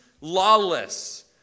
lawless